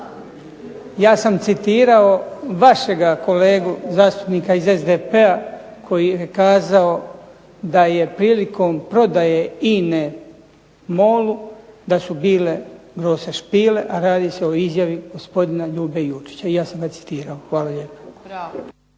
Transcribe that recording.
Ja sam citirao vašega kolegu zastupnika iz SDP-a koji je kazao da je prilikom prodaje INA-e MOL-u da su bile "grose spiele", a radi se o izjavi gospodina Ljube Jurčića. I ja sam ga citirao. Hvala lijepa.